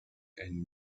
and